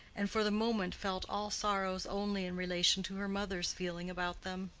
and for the moment felt all sorrows only in relation to her mother's feeling about them.